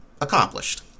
accomplished